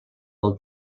del